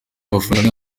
mafaranga